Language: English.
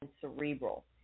cerebral